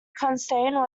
constantine